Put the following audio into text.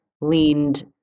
leaned